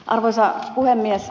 arvoisa puhemies